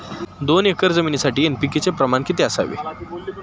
दोन एकर जमीनीसाठी एन.पी.के चे प्रमाण किती असावे?